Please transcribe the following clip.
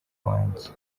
wanjye